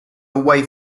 away